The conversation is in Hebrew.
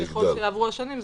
ככל שיעברו השנים,